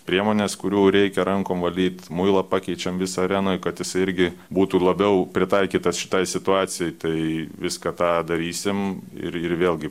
priemones kurių reikia rankom valyt muilą pakeičiam visą arenoj kad jisai irgi būtų labiau pritaikytas šitai situacijai tai viską tą darysim ir ir vėlgi